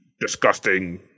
disgusting